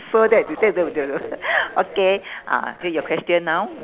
so that de~ that the the okay ah okay your question now